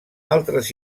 altres